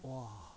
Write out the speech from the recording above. !wah!